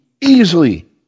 easily